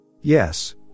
Yes